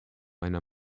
einer